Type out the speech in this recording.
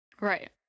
Right